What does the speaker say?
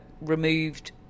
removed